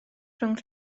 rhwng